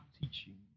teaching